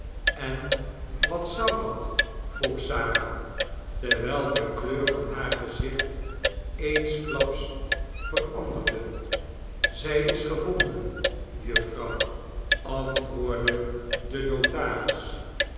en wat zou dat vroeg sara terwijl de kleur van haar gezicht eensklaps veranderde zij is gevonden jufvrouw i antwoordde de notaris